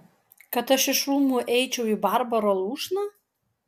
kad aš iš rūmų eičiau į barbaro lūšną